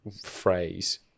phrase